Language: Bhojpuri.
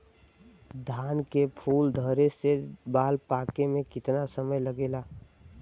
धान के फूल धरे से बाल पाके में कितना समय लागेला?